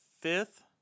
fifth